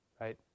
Right